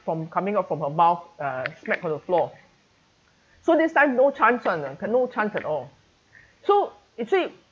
from coming out from her mouth uh on the floor so this time no chance [one] ha no chance at all so you see